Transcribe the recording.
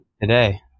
today